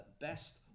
best